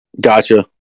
Gotcha